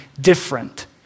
different